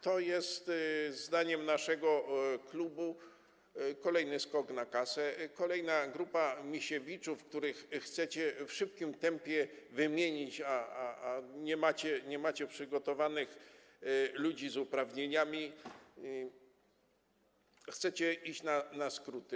To jest zdaniem naszego klubu kolejny skok na kasę, kolejna grupa Misiewiczów, na których chcecie w szybkim tempie wymienić kadrę, a nie macie przygotowanych ludzi z uprawnieniami i chcecie iść na skróty.